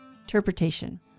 interpretation